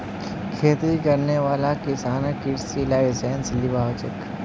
खेती करने वाला किसानक कृषि लाइसेंस लिबा हछेक